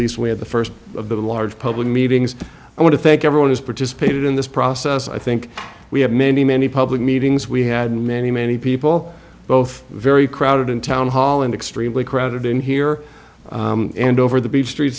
least we had the st of the large public meetings i want to thank everyone has participated in this process i think we have many many public meetings we had many many people both very crowded in town hall and extremely crowded in here and over the beach street